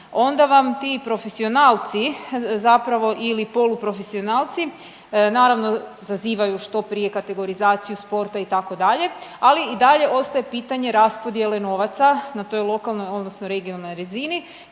onda vam ti profesionalci zapravo ili poluprofesionalci naravno zazivaju što prije kategorizaciju sporta itd. Ali i dalje ostaje pitanje raspodjele novaca na toj lokalnoj, odnosno regionalnoj razini